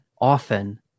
often